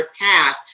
path